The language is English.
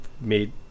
made